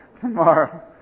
tomorrow